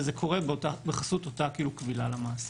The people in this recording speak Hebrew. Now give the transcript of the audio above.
וזה קורה בחסות אותה כבילה למעסיק.